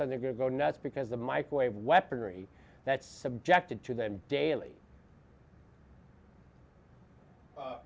o they're going to go nuts because the microwave weaponry that's subjected to them daily